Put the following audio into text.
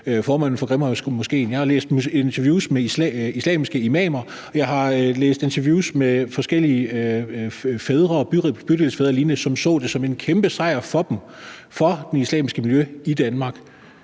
formanden for Grimhøjmoskéen, jeg har læst interviews med islamiske imamer, og jeg har læst interviews med forskellige fædre, bydelsfædre og lignende, som så det som en kæmpe sejr for dem og for det islamiske miljø i Danmark.